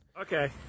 Okay